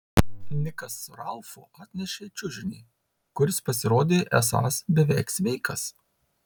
nikas su ralfu atnešė čiužinį kuris pasirodė esąs beveik sveikas